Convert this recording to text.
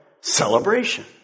celebration